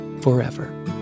forever